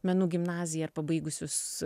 menų gimnaziją ar pabaigusius